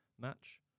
match